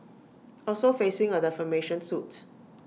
also facing A defamation suit